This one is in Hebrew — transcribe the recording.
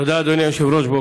תודה, אדוני היושב-ראש.